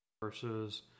versus